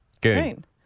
Good